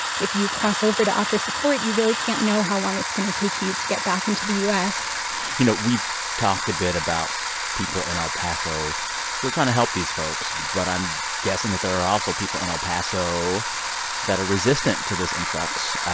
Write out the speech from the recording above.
if you cross over to offer support, you really can't know how long it's going to take you to get back into the u s you know, we've talked a bit about people in el paso who are trying to help these folks, but i'm guessing that there are also people in el paso that are resistant to this influx.